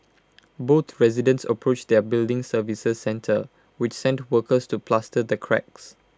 both residents approached their building services centre which sent workers to plaster the cracks